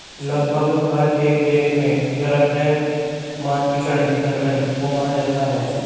लगभग हर एक देश में अंतरराष्ट्रीय मानकीकरण संगठन को माना जाता है